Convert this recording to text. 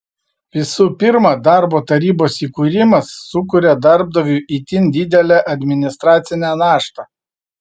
visų pirma darbo tarybos įkūrimas sukuria darbdaviui itin didelę administracinę naštą